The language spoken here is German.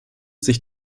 sich